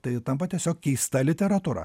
tai tampa tiesiog keista literatūra